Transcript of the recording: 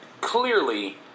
clearly